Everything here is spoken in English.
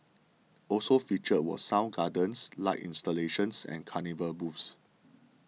also featured were sound gardens light installations and carnival booths